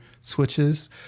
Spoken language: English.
switches